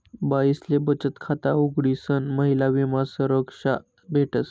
बाईसले बचत खाता उघडीसन महिला विमा संरक्षा भेटस